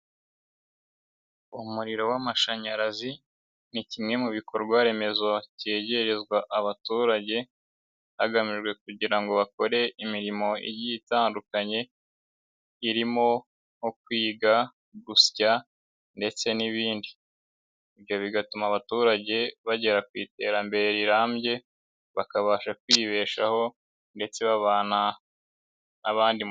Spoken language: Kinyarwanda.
Umuriro w'amashanyarazi ni kimwe mu bikorwa remezo kegerezwa abaturage hagamijwe kugira ngo bakore imirimo itandukanye, irimo nko kwiga, gusya, ndetse n'ibindi. Ibyo bigatuma abaturage bagera ku iterambere rirambye, bakabasha kwibeshaho ndetse babana n'abandi.